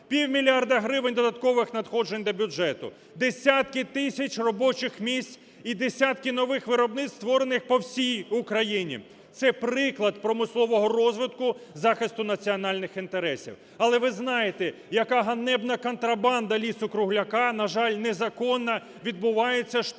півмільярда гривень додаткових надходжень до бюджету, десятки тисяч робочих місць і десятки нових виробництв створених по всій Україні. Це приклад промислового розвитку захисту національних інтересів. Але ви знаєте, яка ганебна контрабанда лісу-кругляка, на жаль, незаконно відбувається, штучно